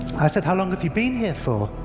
i said, how long have you been here for?